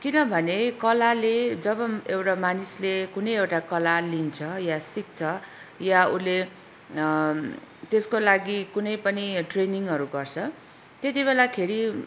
किनभने कलाले जब एउटा मानिसले कुनै एउटा कला लिन्छ या सिक्छ या उसले त्यसको लागि कुनै पनि ट्रेनिङहरू गर्छ त्यति बेलाखेरि